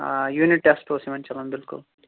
آ unit test اوس یِمَن چلان بِلکُل